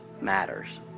matters